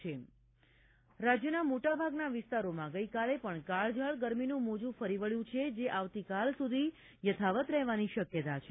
હેવામાન રાજ્યના મોટાભાગના વિસ્તારોમાં ગઈકાલે પણ કાળઝાળ ગરમીનું મોજૂં ફરી વળ્યું હતું જે આવતીકાલ સુધી યથાવત રહેવાની શક્યતા છે